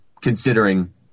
Considering